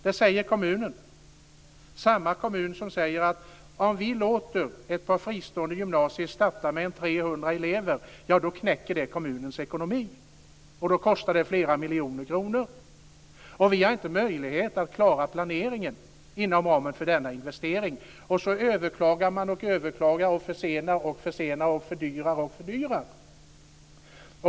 Det säger kommunen - samma kommun som säger att om man låter ett par fristående gymnasier starta med 300 elever knäcker det kommunens ekonomi, att det kostar flera miljoner kronor och att man har inte möjlighet att klara planeringen inom ramen för denna investering. Så överklagar man och försenar och fördyrar.